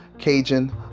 Cajun